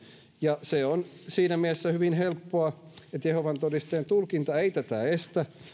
ja se on siinä mielessä hyvin helppoa että jehovan todistajien tulkinta ei tätä estä